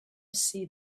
see